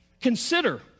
Consider